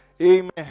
amen